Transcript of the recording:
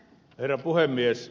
herra puhemies